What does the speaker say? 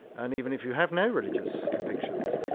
and even if you have no religious convictions.